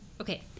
okay